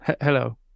Hello